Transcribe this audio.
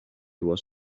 was